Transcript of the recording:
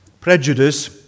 Prejudice